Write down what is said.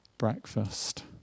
breakfast